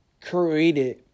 created